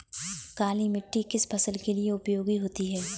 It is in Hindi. काली मिट्टी किस फसल के लिए उपयोगी होती है?